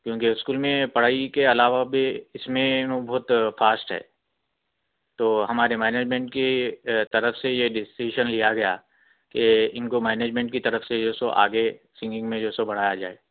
کیونکہ اسکول میں پڑھائی کے علاوہ بھی اس میں انھوں بہت فاسٹ ہے تو ہمارے منیجمنٹ کی طرف سے یہ ڈیسیزن لیا گیا کہ ان کو منیجمینٹ کی طرف سے جو سو آگے سنگنگ میں جو سو بڑھایا جائے